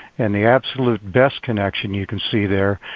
and the absolute best connection, you can see there,